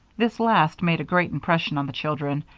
this last made a great impression on the children,